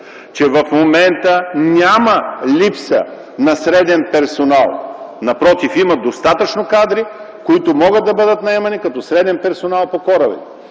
– в момента няма липса на среден персонал. Напротив, има кадри, които могат да бъдат наемани като среден персонал по корабите.